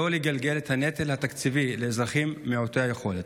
לא לגלגל את הנטל התקציבי אל האזרחים מעוטי היכולת.